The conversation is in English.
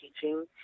teaching